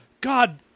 God